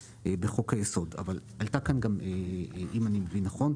בחוק-היסוד אבל אם אני מבין נכון,